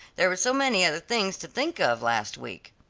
there were so many other things to think of last week.